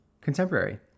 Contemporary